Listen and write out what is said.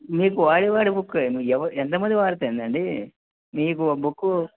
మీకు వాడి వాడి బుక్ ఎంతమంది వాడితే ఏంది అండి మీకు బుక్కు